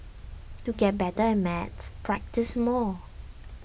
to get better at maths practise more